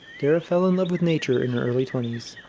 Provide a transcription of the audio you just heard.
dara fell in love with nature in her early twenties.